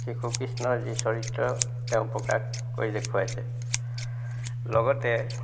শিশু কৃষ্ণৰ যি চৰিত্ৰ তেওঁ প্ৰকাশ কৰি দেখুৱাইছে লগতে